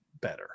better